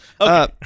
Okay